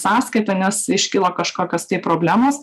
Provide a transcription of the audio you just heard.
sąskaitą nes iškilo kažkokios tai problemos